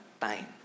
time